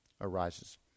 arises